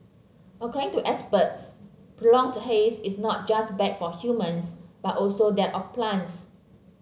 according to experts prolonged haze is not just bad for humans but also that of plants